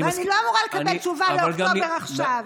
ואני לא אמורה לקבל תשובה לאוקטובר עכשיו.